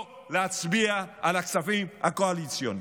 לא להצביע על הכספים הקואליציוניים.